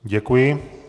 Děkuji.